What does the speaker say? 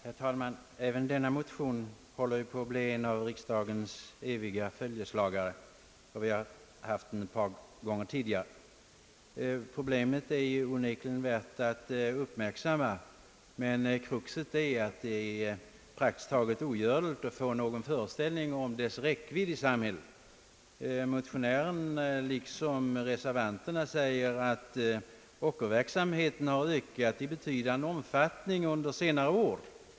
Herr talman! Även denna motion håller på att bli en riksdagens eviga följeslagare. Vi har haft den uppe till behandling ett par gånger tidigare. Problemet är onekligen värt att uppmärksamma, men kruxet är att det är prakitskt taget ogörligt att få någon föreställning om dess räckvidd i samhället. Motionärerna liksom reservanterna säger att ockerverksamheten har ökat i betydande omfattning under senare år.